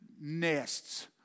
nests